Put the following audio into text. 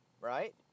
right